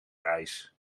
ijs